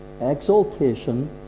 exaltation